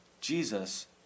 Jesus